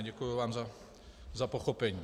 Děkuji vám za pochopení.